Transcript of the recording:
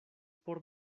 por